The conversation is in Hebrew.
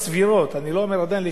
אני לא אומר עדיין לשנות את הכול,